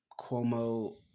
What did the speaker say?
Cuomo